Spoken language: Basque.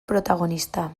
protagonista